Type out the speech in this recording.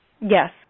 Yes